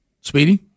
Speedy